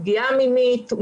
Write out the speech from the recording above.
פגיעה מינית,